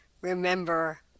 remember